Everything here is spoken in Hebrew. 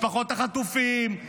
משפחות החטופים,